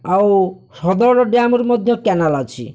ଆଉ ହ୍ରଦଗଡ଼ ଡ୍ୟାମରୁ ମଧ୍ୟ କେନାଲ ଅଛି